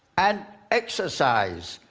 and exercise,